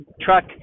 truck